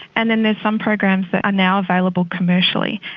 and then there's some programs that are now available commercially.